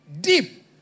Deep